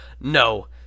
No